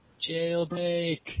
Jailbreak